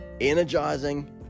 energizing